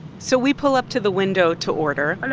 so we pull up to the window to order. and